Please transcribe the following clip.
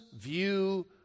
view